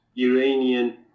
Iranian